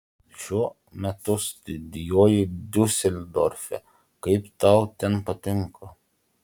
šiuo metu studijuoji diuseldorfe kaip tau ten patinka